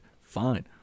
Fine